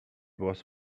was